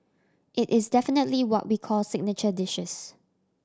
it is definitely what we call signature dishes